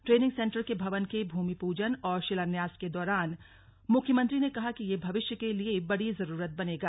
training centre के भवन के भूमि पूजन और शिलान्यास के दौरान मुख्यमंत्री ने कहा कि यह भविष्य के लिए बड़ी जरूरत बनेगा